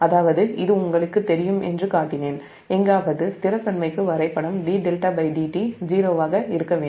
அதாவது இது உங்களுக்குத் தெரியும் என்று காட்டினேன் எங்காவது நிலைத்தன்மைக்கு வரைபடம் d𝜹 dt'0' ஆக இருக்க வேண்டும்